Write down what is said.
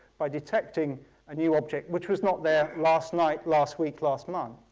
by detecting a new object which was not there last night, last week, last month.